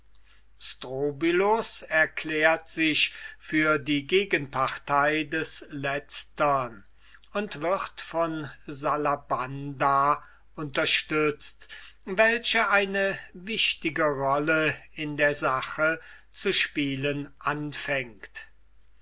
erklärt sich für die gegenpartei des letztern und wird von salabanda unterstützt welche eine wichtige rolle in der sache zu spielen anfängt